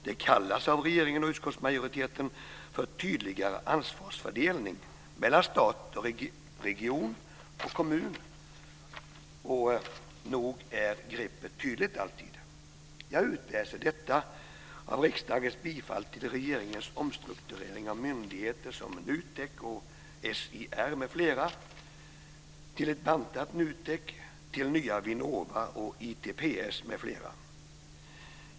Det kallas av regeringen och utskottsmajoriteten för en tydligare ansvarsfördelning mellan stat, region och kommun. Nog är greppet tydligt, alltid. Jag utläser detta av riksdagens bifall till regeringens omstrukturering av myndigheter som NUTEK och SIR m.fl. till ett bantat NUTEK, till nya Vinnova och ITPS m.fl.